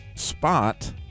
spot